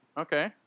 Okay